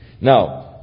Now